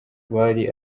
bari